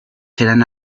serán